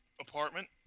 apartment